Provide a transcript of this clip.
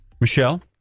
Michelle